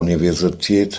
universität